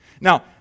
Now